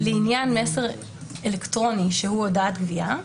לעניין מסר אלקטרוני שהוא הודעת גבייה,